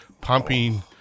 pumping